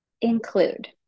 include